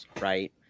right